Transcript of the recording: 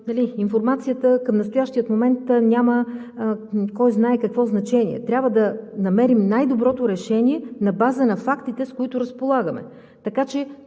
информация, но тя към настоящия момент няма кой знае какво значение. Трябва да намерим най-доброто решение на база на фактите, с които разполагаме.